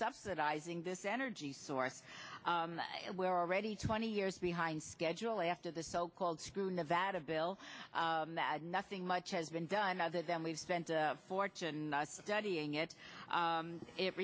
subsidizing this energy source where already twenty years behind schedule after the so called screw nevada bill that nothing much has been done other than we've spent a fortune studying it